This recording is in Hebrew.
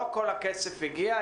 לא כל הכסף הגיע,